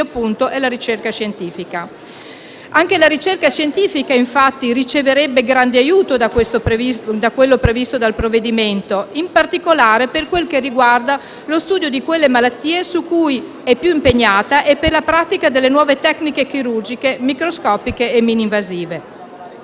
appunto, e la ricerca scientifica. Anche la ricerca scientifica, infatti, riceverebbe grande aiuto da quanto previsto dal provvedimento in esame, in particolare per quel che riguarda lo studio di quelle malattie su cui è più impegnata e per la pratica delle nuove tecniche chirurgiche, microscopiche e mininvasive.